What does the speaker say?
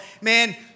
Man